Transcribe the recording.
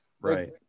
right